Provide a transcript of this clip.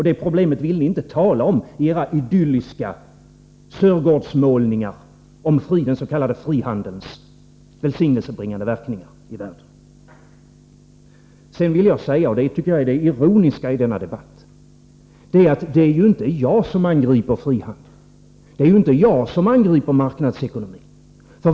Det problemet vill ni inte tala om i era idylliska Sörgårdsmålningar när det gäller den s.k. frihandelns välsignelsebringande verkningar i världen. Det ironiska i denna debatt tycker jag är att det inte är jag som angriper frihandeln, inte jag som angriper marknadsekonomin.